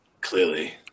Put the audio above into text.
Clearly